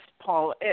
Paul